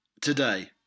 today